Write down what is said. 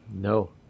No